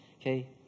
Okay